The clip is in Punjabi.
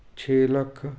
ਛੇ ਲੱਖ